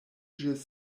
ĝis